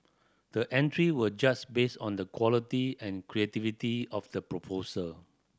the entry were just based on the quality and creativity of the proposal